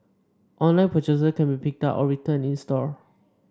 online purchases can be picked up or returned in store